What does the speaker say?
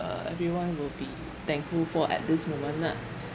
uh everyone will be thankful for at this moment ah